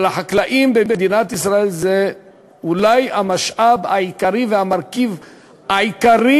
אבל לחקלאים במדינת ישראל זה אולי המשאב העיקרי והמרכיב העיקרי